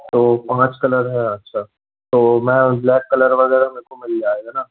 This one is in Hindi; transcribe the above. तो पाँच कलर है अच्छा तो मै ब्लैक कलर वगैरह मेरे को मिल जाएगा ना